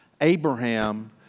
Abraham